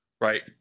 right